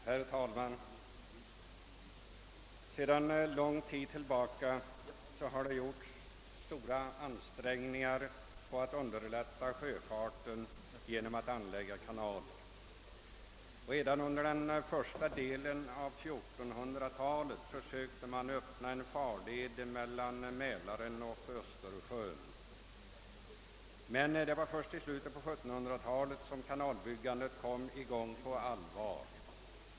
Herr talman! Sedan lång tid tillbaka har man gjort stora ansträngningar för att underlätta sjöfarten genom att anlägga kanaler. Redan under den första delen av 1400-talet försökte man öppna en farled mellan Mälaren och Östersjön, men det var först i slutet av 1700-talet som kanalbyggandet kom i gång på allvar.